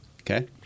Okay